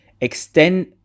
extend